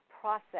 process